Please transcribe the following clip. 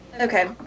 Okay